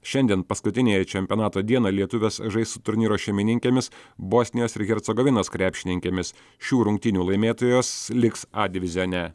šiandien paskutiniąją čempionato dieną lietuvės žais su turnyro šeimininkėmis bosnijos ir hercegovinos krepšininkėmis šių rungtynių laimėtojos liks a divizione